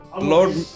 Lord